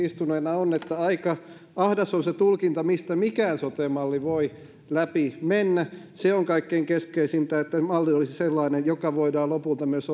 istuneena on että aika ahdas on se tulkinta mistä mikään sote malli voi läpi mennä se on kaikkein keskeisintä että malli olisi sellainen joka voidaan lopulta myös